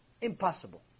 Impossible